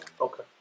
Okay